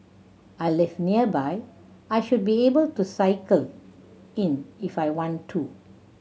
I live nearby I should be able to cycle in if I want to